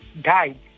died